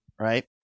right